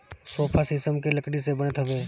sofa शीशम के लकड़ी से बनत हवे